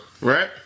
right